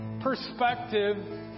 perspective